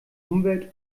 umwelt